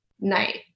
night